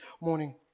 morning